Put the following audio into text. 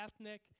ethnic